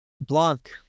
Blanc